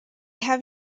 have